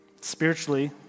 Spiritually